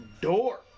door